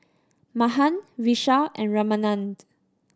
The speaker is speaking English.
Mahan Vishal and Ramanand